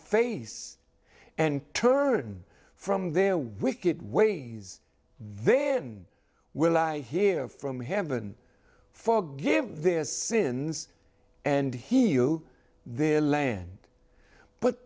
face and turn from their wicked ways then will i hear from heaven forgive their sins and he knew their land but